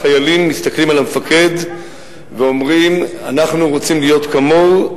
החיילים מסתכלים על המפקד ואומרים: אנחנו רוצים להיות כמוהו.